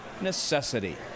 Necessity